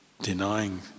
denying